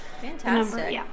Fantastic